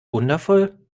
wundervoll